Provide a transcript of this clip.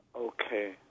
Okay